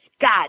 God